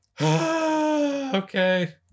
Okay